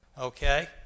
okay